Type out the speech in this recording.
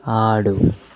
ఆడు